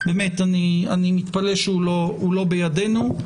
ואני מתפלא שהוא לא בידינו.